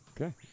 Okay